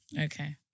Okay